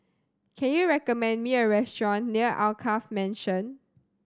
can you recommend me a restaurant near Alkaff Mansion